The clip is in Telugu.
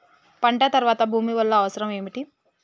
పంట తర్వాత భూమి వల్ల అవసరం ఏమిటి?